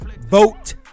vote